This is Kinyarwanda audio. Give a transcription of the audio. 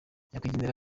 nyakwigendera